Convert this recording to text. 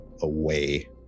Away